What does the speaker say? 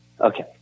Okay